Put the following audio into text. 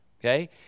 okay